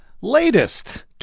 latest